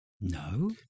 No